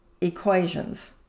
equations